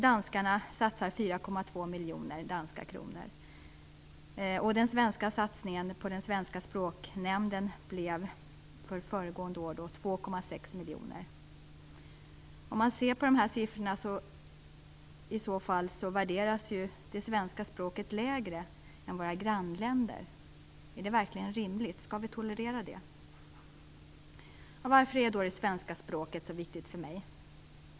Danskarna satsar 4,2 miljoner danska kronor. Satsningen på den svenska språknämnden var föregående år 2,6 miljoner kronor. Av dessa siffror verkar det som om det svenska språket värderas lägre än modersmålen i våra grannländer. Är det verkligen rimligt? Skall vi tolerera det? Varför är svenska språket då så viktigt för mig?